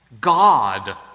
God